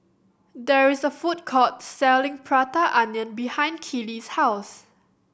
there is a food court selling Prata Onion behind Keely's house